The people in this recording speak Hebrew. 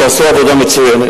שעשו עבודה מצוינת.